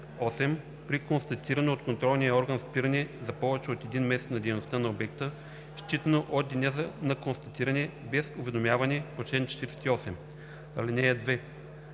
8. при констатирано от контролен орган спиране за повече от един месец на дейността на обекта, считано от деня на констатиране, без уведомяване по чл. 48. (2)